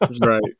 right